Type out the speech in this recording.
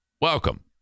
Welcome